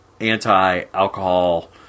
anti-alcohol